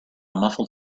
muffled